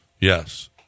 Yes